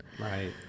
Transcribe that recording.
Right